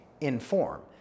inform